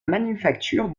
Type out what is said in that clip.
manufacture